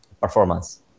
performance